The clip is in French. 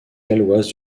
galloise